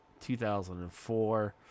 2004